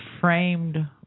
framed